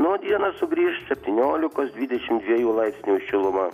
na o dieną sugrįš septyniolikos dvidešim dviejų laipsnių šiluma